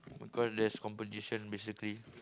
because there's competition basically